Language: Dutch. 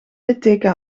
litteken